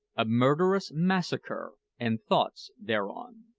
a murderous massacre, and thoughts thereon.